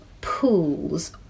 pools